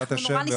בעזרת השם,